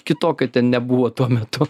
kitokio ten nebuvo tuo metu